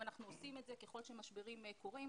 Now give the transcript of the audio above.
ואנחנו עושים את זה ככל שמשברים קורים.